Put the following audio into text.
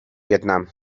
vietnam